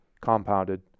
compounded